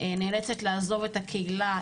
נאלצת לעזוב את הקהילה,